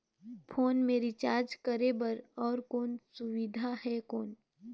Phone मे recharge करे बर और कोनो सुविधा है कौन?